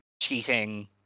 cheating